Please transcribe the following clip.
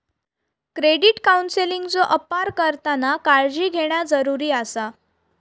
credit काउन्सेलिंगचो अपार करताना काळजी घेणा जरुरी आसा